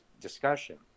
discussion